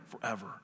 forever